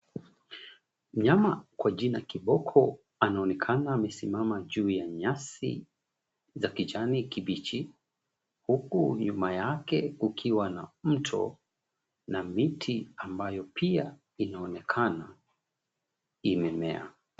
Mnyama kwa jina ya kiboko anaonekana amesimama juu ya nyasi za kijani kibichi huku nyuma yake kukiwa na mto na miti ambayo pia inaonekana ya imemea.